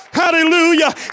Hallelujah